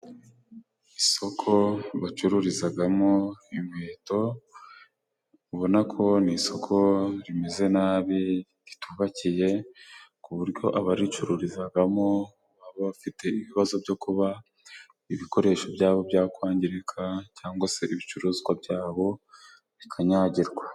Isoko bacururizamo inkweto ubona ko ni isoko rimeze nabi ritubakiye ku buryo abaricururizamo baba bafite ibibazo byo kuba ibikoresho byabo byakwangirika cyangwa se ibicuruzwa byabo bikanyagirwa.